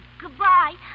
Goodbye